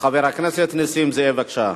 חבר הכנסת נסים זאב, בבקשה.